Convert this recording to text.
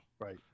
right